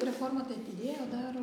reformą tai atidėjo dar